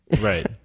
right